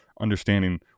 understanding